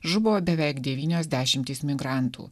žuvo beveik devynios dešimtys migrantų